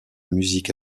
musique